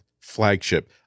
Flagship